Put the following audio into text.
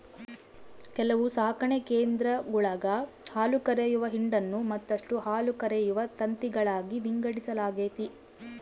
ಕೆಲವು ಸಾಕಣೆ ಕೇಂದ್ರಗುಳಾಗ ಹಾಲುಕರೆಯುವ ಹಿಂಡನ್ನು ಮತ್ತಷ್ಟು ಹಾಲುಕರೆಯುವ ತಂತಿಗಳಾಗಿ ವಿಂಗಡಿಸಲಾಗೆತೆ